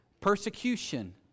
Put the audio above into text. persecution